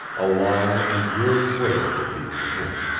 a long and dreary wait it would be for him.